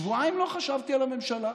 שבועיים לא חשבתי על הממשלה.